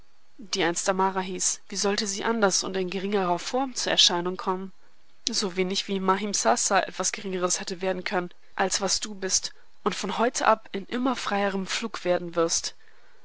die einst amara hieß wie sollte sie anders und in geringerer form zur erscheinung kommen so wenig wie mahimsasa etwas geringeres hätte werden können als was du bist und von heute ab in immer freierem flug werden wirst